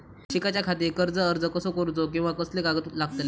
शिकाच्याखाती कर्ज अर्ज कसो करुचो कीवा कसले कागद लागतले?